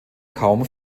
kaum